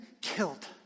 killed